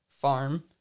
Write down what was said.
farm